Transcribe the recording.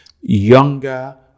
Younger